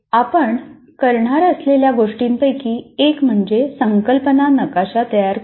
आपण करणार असलेल्या गोष्टींपैकी एक म्हणजे संकल्पना नकाशा तयार करणे